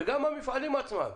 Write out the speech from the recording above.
וגם המפעלים עצמם,